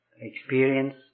experience